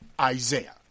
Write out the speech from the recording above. Isaiah